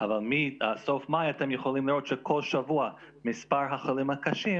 אבל מסוף מאי אתם יכולים לראות שכל שבוע מספר החולים הקשים